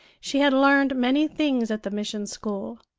she had learned many things at the mission-school.